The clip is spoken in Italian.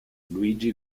luigi